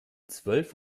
zwölf